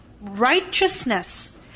righteousness